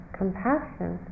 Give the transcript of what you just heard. compassion